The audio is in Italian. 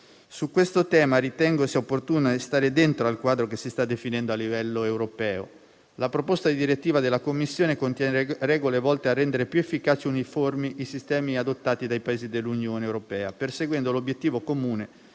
Su questo tema ritengo sia opportuno stare dentro al quadro che si sta definendo a livello europeo. La proposta di direttiva della Commissione contiene regole volte a rendere più efficaci e uniformi i sistemi adottati dai Paesi dell'Unione europea, perseguendo l'obiettivo comune